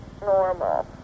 normal